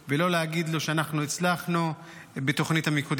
ולא להגיד לו: אנחנו הצלחנו בתוכנית המיקודים.